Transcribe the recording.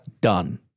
done